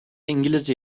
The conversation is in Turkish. i̇ngilizce